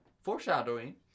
Foreshadowing